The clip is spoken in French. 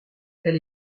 elle